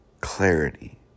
clarity